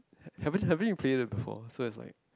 haven't haven't you played it before so it's like